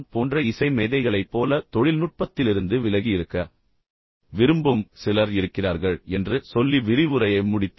போன்ற இசை மேதைகளைப் போல தொழில்நுட்பத்திலிருந்து விலகி இருக்க விரும்பும் சிலர் இருக்கிறார்கள் என்று சொல்லி விரிவுரையை முடித்தேன்